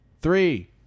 three